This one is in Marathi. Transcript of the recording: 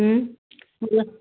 बोला